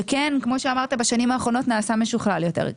שכן כמו שאמרת בשנים האחרונות נעשה משוכלל יותר.